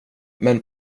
men